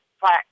flat